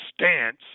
stance